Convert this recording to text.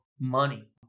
money